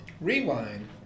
Rewind